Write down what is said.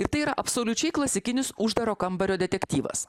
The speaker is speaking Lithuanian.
ir tai yra absoliučiai klasikinis uždaro kambario detektyvas